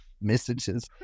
messages